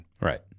Right